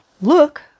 Look